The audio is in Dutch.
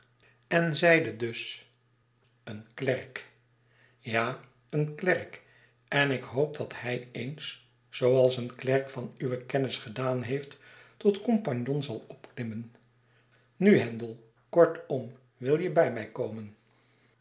en zeide dus een klerk ja een klerk en ik hoop dat hij eens zooals een klerk van uwe kennis gedaan heeft tot compagnon zal opklimmen nu handel kortom wil je bij mij komen